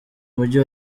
mujyi